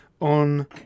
On